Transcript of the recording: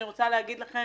אני רוצה להגיד לכם: